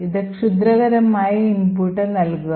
ഇതിന് ക്ഷുദ്രകരമായ ഇൻപുട്ട് നൽകുക